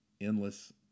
endless